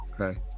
Okay